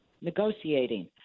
negotiating